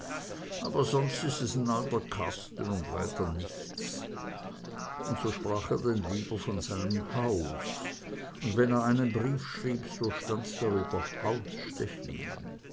aber sonst ist es ein alter kasten und weiter nichts und so sprach er denn lieber von seinem haus und wenn er einen brief schrieb so stand darüber